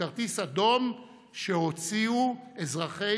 היא צורך כלכלי וביטחוני שכמוהו לא ידענו כבר שנים רבות,